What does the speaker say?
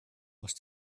must